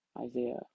isaiah